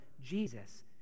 Jesus